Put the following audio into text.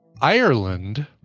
Ireland